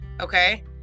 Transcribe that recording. okay